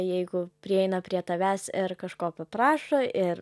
jeigu prieina prie tavęs ir kažko paprašo ir